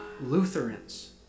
Lutherans